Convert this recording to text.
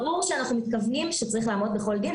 ברור שאנחנו מתכוונים שצריך לעמוד בכל דין,